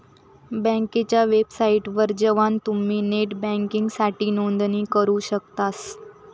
बँकेच्या वेबसाइटवर जवान तुम्ही नेट बँकिंगसाठी नोंदणी करू शकतास